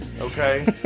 okay